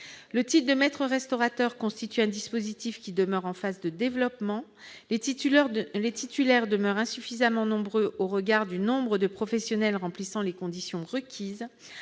du titre de maître-restaurateur demeure en phase de développement. Les titulaires demeurent insuffisamment nombreux au regard du nombre de professionnels remplissant les conditions requises.